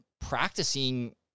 practicing